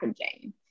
packaging